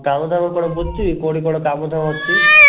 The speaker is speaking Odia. କାମ ଦାମ କେଉଁଠି ବୁଝିଛୁ କି କେଉଁଠି କାମ ଦାମ ଅଛି